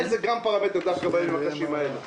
אולי זה גם פרמטר דווקא בימים הקשים האלה.